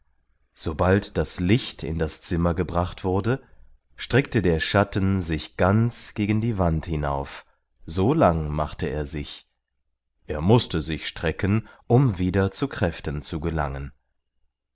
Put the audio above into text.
sobald das licht in das zimmer gebracht wurde streckte der schatten sich ganz gegen die wand hinauf so lang machte er sich er mußte sich strecken um wieder zu kräften zu gelangen